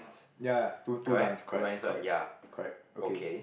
ya ya two two lines correct correct correct okay